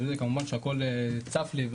זה כמובן שהכל צף לי,